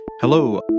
hello